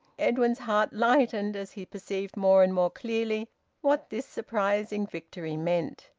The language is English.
edwin's heart lightened as he perceived more and more clearly what this surprising victory meant.